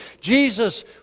Jesus